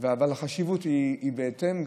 אבל החשיבות היא בהתאם.